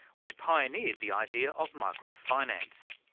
which pioneered the idea of micro-finance.